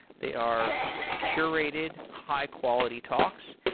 they are curated high quality talks,